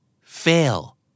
fail